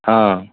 हँ